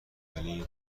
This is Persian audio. این